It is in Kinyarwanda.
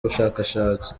ubushakashatsi